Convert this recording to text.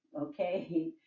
okay